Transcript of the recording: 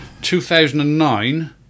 2009